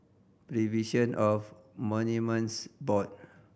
Preservation of Monuments Board